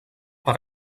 per